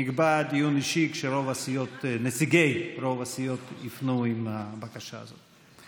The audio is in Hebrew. נקבע דיון אישי כשנציגי רוב הסיעות יפנו עם הבקשה הזאת.